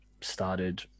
started